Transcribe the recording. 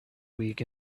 week